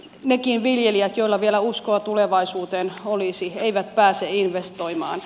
nekin viljelijät joilla vielä uskoa tulevaisuuteen olisi eivät pääse investoimaan